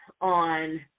on